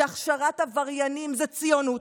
שהכשרת עבריינים זה ציונות,